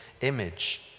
image